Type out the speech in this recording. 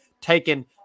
taken